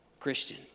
Christian